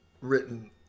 written